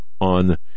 on